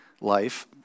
life